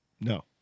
No